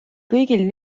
kõigil